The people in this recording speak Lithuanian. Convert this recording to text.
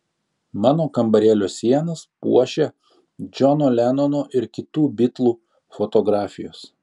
mano kambarėlio sienas puošia džono lenono ir kitų bitlų fotografijos